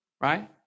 right